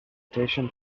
station